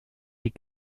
die